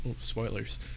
spoilers